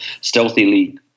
stealthily